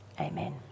Amen